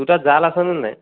তোৰ তাত জাল আছে নে নাই